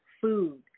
food